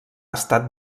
estat